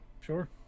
Sure